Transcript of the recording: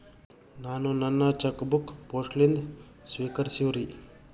ನಾನು ನನ್ನ cheque book post ಲಿಂದ ಸ್ವೀಕರಿಸಿವ್ರಿ